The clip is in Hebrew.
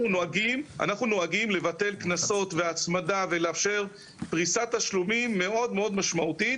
אנחנו נוהגים לבטל קנסות והצמדה ולאפשר פריסת תשלומים מאוד משמעותית